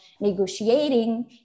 negotiating